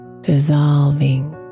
dissolving